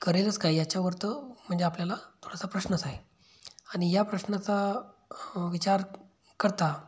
करेलच का याच्यावर म्हणजे आपल्याला थोडासा प्रश्नच आहे आणि या प्रश्नाचा विचार करता